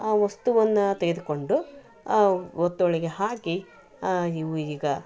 ಆ ವಸ್ತುವನ್ನ ತೆಗೆದುಕೊಂಡು ಆ ಒತ್ತೊಳ್ಳಿಗೆ ಹಾಕಿ ಇವು ಈಗ